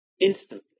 instantly